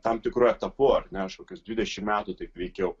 tam tikru etapu ar ne aš kokius dvidešimt metų taip veikiau